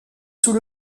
sous